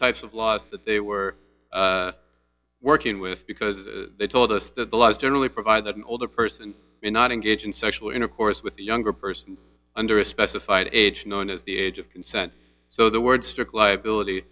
types of laws that they were working with because they told us that the laws generally provide that an older person may not engage in sexual intercourse with a younger person under a specified age known as the age of consent so the word strict liability